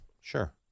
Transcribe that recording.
Sure